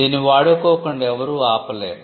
దీన్ని వాడుకోకుండా ఎవరు ఆపలేరు